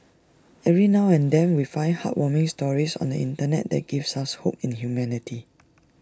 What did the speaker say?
every now and then we find heartwarming stories on the Internet that give us hope in humanity